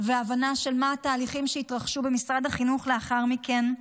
והבנה של מה התהליכים שיתרחשו במשרד החינוך לאחר מכן,